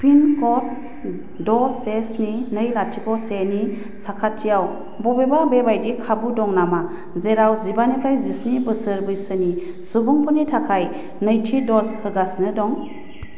पिनक'ड द' से स्नि नै लाथिख' सेनि साखाथियाव बबेबा बेबायदि खाबु दं नामा जेराव जिबानिफ्राय जिस्नि बोसोर बैसोनि सुबुंफोरनि थाखाय नैथि द'ज होगासिनो दं